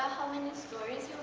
many stories